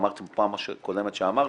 אמרת, בפעם הקודמת שאמרתם,